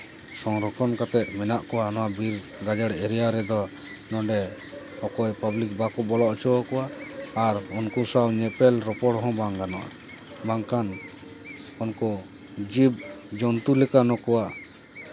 ᱥᱚᱝᱨᱚᱠᱠᱷᱚᱱ ᱠᱟᱛᱮ ᱢᱮᱱᱟᱜ ᱠᱚᱣᱟ ᱱᱚᱣᱟ ᱵᱤᱨ ᱜᱟᱡᱟᱲ ᱮᱨᱤᱭᱟ ᱨᱮᱫᱚ ᱱᱚᱰᱮ ᱚᱠᱚᱭ ᱯᱟᱵᱞᱤᱠ ᱵᱟᱠᱚ ᱵᱚᱞᱚ ᱦᱚᱪᱚ ᱠᱚᱣᱟ ᱟᱨ ᱩᱱᱠᱩ ᱥᱟᱶ ᱧᱮᱯᱮᱞ ᱨᱚᱯᱚᱲ ᱦᱚᱸ ᱵᱟᱝ ᱜᱟᱱᱚᱜᱼᱟ ᱵᱟᱝᱠᱷᱟᱱ ᱩᱱᱠᱩ ᱡᱤᱵᱽᱼᱡᱚᱱᱛᱩ ᱞᱮᱠᱟ ᱱᱩᱠᱩᱣᱟᱜ